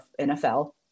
NFL